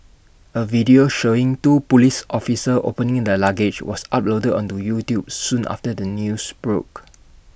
A video showing two Police officers opening the luggage was uploaded onto YouTube soon after the news broke